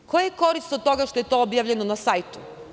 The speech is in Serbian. Koja je korist od toga što je to objavljeno na sajtu?